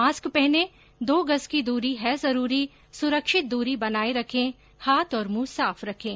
mask पहनें दो गज़ की दूरी है जरूरी सुरक्षित दूरी बनाए रखें हाथ और मुंह साफ रखें